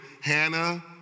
Hannah